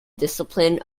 discipline